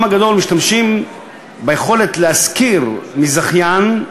רובם הגדול משתמשים ביכולת לשכור מזכיין,